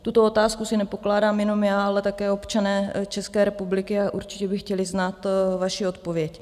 Tuto otázku si nepokládám jenom já, ale také občané České republiky, a určitě by chtěli znát vaši odpověď.